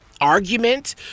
argument